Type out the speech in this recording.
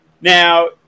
Now